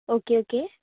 okay okay